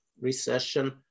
Recession